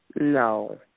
No